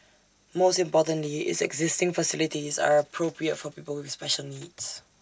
most importantly its existing facilities are appropriate for people with special needs